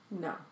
No